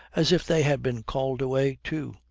as if they had been called away too.